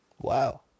Wow